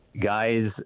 guys